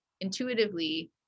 intuitively